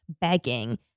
begging